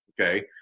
Okay